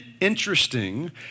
interesting